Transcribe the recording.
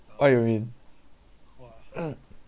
what you mean